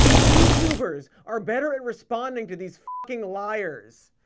youtubers are better at responding to these f ah cking liars!